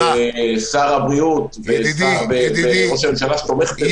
לשר הבריאות וראש הממשלה שתומך בזה -- ידידי,